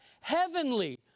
heavenly